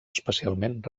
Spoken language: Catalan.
especialment